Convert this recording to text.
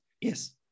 Yes